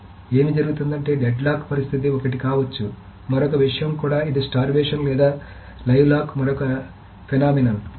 కాబట్టి ఏమి జరుగుతుందంటే డెడ్ లాక్ పరిస్థితి ఒకటి కావచ్చు మరొక విషయం కూడా ఇది స్టార్వేషన్ లేదా లైవ్ లాక్ మరొక దృగ్విషయం